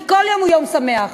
כי כל יום הוא יום שמח,